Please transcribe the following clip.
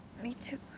me too.